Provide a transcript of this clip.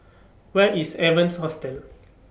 Where IS Evans Hostel